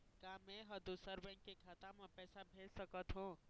का मैं ह दूसर बैंक के खाता म पैसा भेज सकथों?